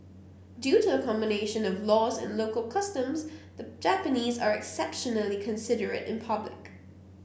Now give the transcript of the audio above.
due to a combination of laws and local customs the Japanese are exceptionally considerate in public